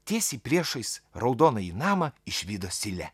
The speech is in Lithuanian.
tiesiai priešais raudonąjį namą išvydo silę